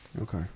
Okay